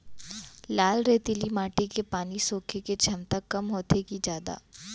लाल रेतीली माटी के पानी सोखे के क्षमता कम होथे की जादा?